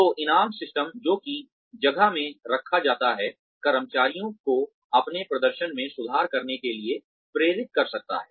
तो इनाम सिस्टम जो कि जगह में रखा जाता है कर्मचारियों को अपने प्रदर्शन में सुधार करने के लिए प्रेरित कर सकता है